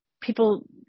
People